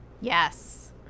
Yes